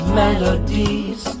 melodies